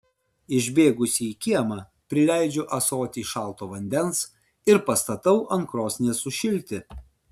išbėgusi į kiemą prileidžiu ąsotį šalto vandens ir pastatau ant krosnies sušilti